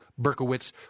Berkowitz